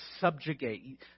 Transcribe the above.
subjugate